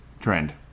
trend